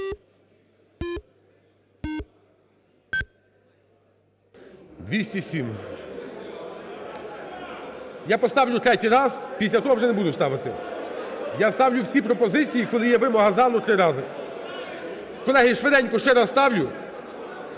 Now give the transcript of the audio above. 207. Я поставлю третій раз. Після того вже не буду ставити. Я ставлю всі пропозиції, коли є вимога залу, три рази. Колеги, я швиденько ще раз ставлю.